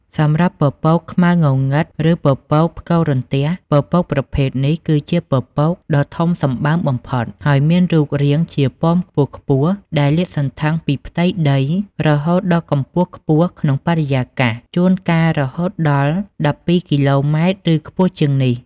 សម្រាប់ពពកខ្មៅងងឹត ឬពពកផ្គររន្ទះ ពពកប្រភេទនេះគឺជាពពកដ៏ធំសម្បើមបំផុត ហើយមានរូបរាងជាប៉មខ្ពស់ៗ ដែលលាតសន្ធឹងពីផ្ទៃដីរហូតដល់កម្ពស់ខ្ពស់ក្នុងបរិយាកាស ជួនកាលរហូតដល់ ១២ គីឡូម៉ែត្រ ឬខ្ពស់ជាងនេះ។